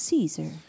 Caesar